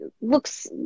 looks